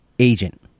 agent